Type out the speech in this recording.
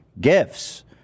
gifts